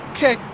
Okay